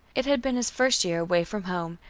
it had been his first year away from home,